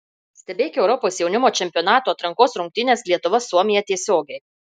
stebėk europos jaunimo čempionato atrankos rungtynes lietuva suomija tiesiogiai